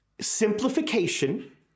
simplification